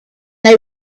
they